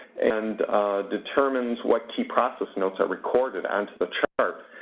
and determines what key process notes are recorded onto the chart.